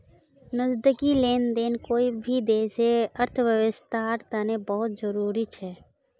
नकदी लेन देन कोई भी देशर अर्थव्यवस्थार तने बहुत जरूरी छ